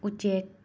ꯎꯆꯦꯛ